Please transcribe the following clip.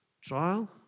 Trial